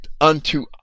unto